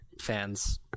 fans